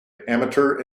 amateur